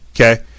okay